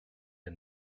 der